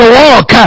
walk